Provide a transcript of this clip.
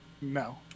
No